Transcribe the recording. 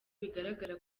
bigaragara